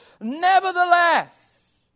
Nevertheless